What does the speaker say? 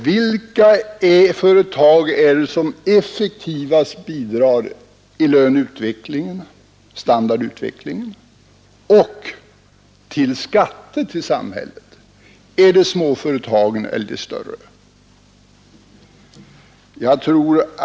Vilka företag är det som effektivast bidrar till löneutvecklingen och standardutvecklingen och till skatterna i samhället? Är det småföretagen eller de större företagen?